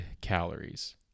calories